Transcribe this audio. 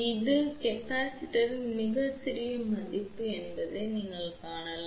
இது கொள்ளளவின் மிகச் சிறிய மதிப்பு என்பதை நீங்கள் காணலாம்